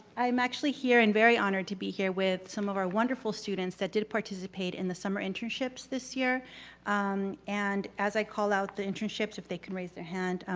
i'm actually here and very honored to be here with some of our wonderful students that did participate in the summer internships this year and as i call out the internships if they can raise their hand.